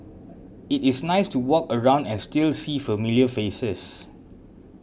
it is nice to walk around and still see familiar faces